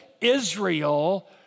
Israel